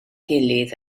gilydd